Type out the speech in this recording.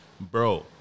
Bro